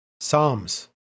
Psalms